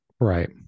Right